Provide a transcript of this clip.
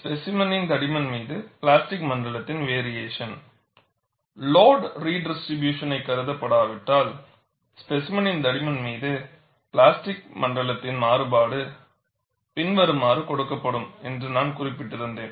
ஸ்பேசிமெனின் தடிமன் மீது பிளாஸ்டிக் மண்டலத்தின் வேரியேஷன் லோட் ரிடிஸ்ட்ரிபியூஷனை கருதப்படாவிட்டால் ஸ்பேசிமெனின் தடிமன் மீது பிளாஸ்டிக் மண்டலத்தின் மாறுபாடு பின்வருமாறு கொடுக்கப்படும் என்று நான் குறிப்பிட்டிருந்தேன்